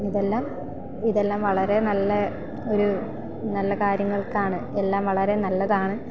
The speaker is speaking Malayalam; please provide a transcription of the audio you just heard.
ഇതെല്ലാം ഇതെല്ലാം വളരെ നല്ല ഒരു നല്ല കാര്യങ്ങൾക്കാണ് എല്ലാം വളരെ നല്ലതാണ്